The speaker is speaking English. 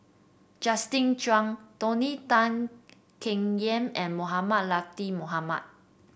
Justin Zhuang Tony Tan Keng Yam and Mohamed Latiff Mohamed